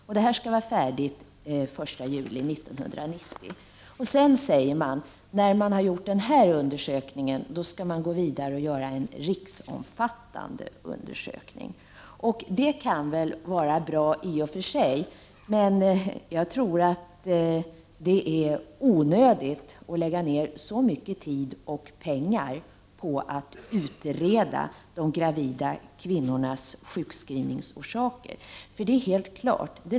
Utredningen skall vara färdig den 1 juli 1990. När denna utredning är färdig skall man gå vidare och göra en riksomfattande undersökning. Detta kan väl i och för sig vara bra, men jag tror att det är onödigt att lägga ned så mycket tid och pengar på att utreda de gravida kvinnornas sjukskrivningsorsaker.